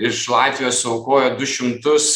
iš latvijos suaukojo du šimtus